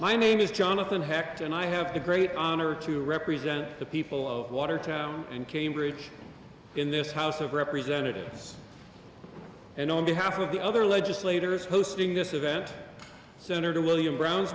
my name is jonathan hacked and i have a great honor to represent the people of watertown and cambridge in this house of representatives and on behalf of the other legislators hosting this event senator william bro